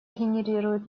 генерирует